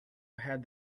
had